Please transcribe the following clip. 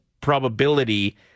probability